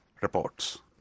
reports